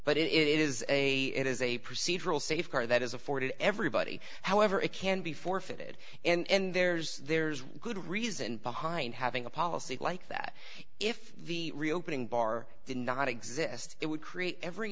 but it is a it is a procedural safeguards that is afforded everybody however it can be forfeited and there's there's one good reason behind having a policy like that if the reopening bar did not exist it would create every